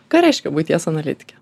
ką reiškia buities analitikė